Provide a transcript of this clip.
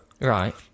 Right